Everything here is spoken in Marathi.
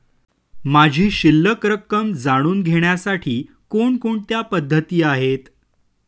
माझी शिल्लक रक्कम जाणून घेण्यासाठी कोणकोणत्या पद्धती आहेत?